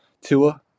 Tua